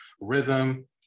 rhythm